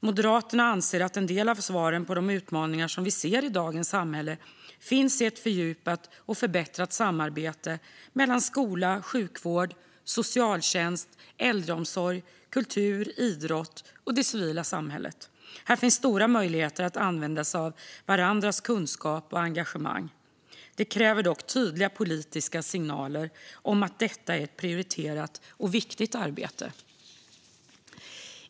Moderaterna anser att en del av svaren på de utmaningar som vi ser i dagens samhälle finns i ett fördjupat och förbättrat samarbete mellan skola, sjukvård, socialtjänst, äldreomsorg, kultur, idrott och civilsamhälle. Här finns stora möjligheter att använda sig av varandras kunskap och engagemang. Det kräver dock tydliga politiska signaler om att detta är ett prioriterat och viktigt arbete.